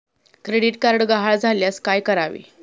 Credit card गहाळ झाल्यास काय करावे?